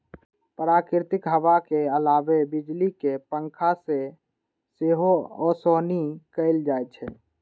प्राकृतिक हवा के अलावे बिजली के पंखा से सेहो ओसौनी कैल जाइ छै